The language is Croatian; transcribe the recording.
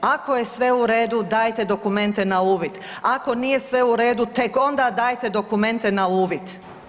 Ako je sve u redu dajte dokumente na uvid, ako nije sve u redu tek onda dajte dokumente na uvid.